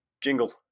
Jingle